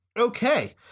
Okay